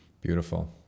Beautiful